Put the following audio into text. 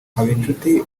habinshuti